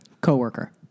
Coworker